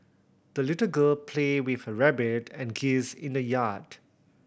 the little girl played with her rabbit and geese in the yard